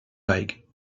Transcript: like